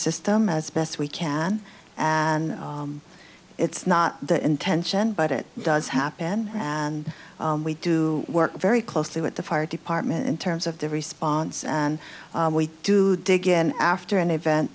system as best we can and it's not the intention but it does happen and we do work very closely with the fire department in terms of the response and we do diggin after an event